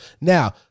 Now